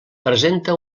presenta